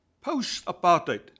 post-apartheid